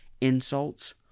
insults